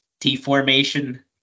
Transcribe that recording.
T-formation